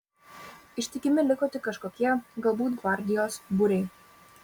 ištikimi liko tik kažkokie galbūt gvardijos būriai